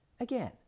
Again